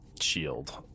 Shield